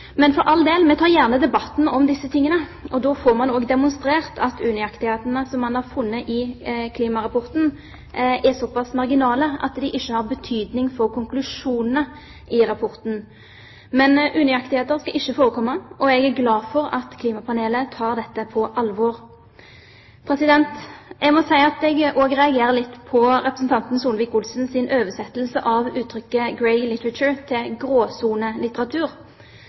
Men for all del, vi tar gjerne debatten om disse tingene. Da får vi også demonstrert at unøyaktighetene som man har funnet i klimarapporten, er såpass marginale at de ikke har betydning for konklusjonene i rapporten. Men unøyaktigheter skal ikke forekomme, og jeg er glad for at klimapanelet tar dette på alvor. Jeg må si at jeg også reagerer litt på representanten Solvik-Olsens oversettelse av uttrykket «grey literature» til